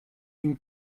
une